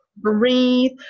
breathe